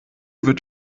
wird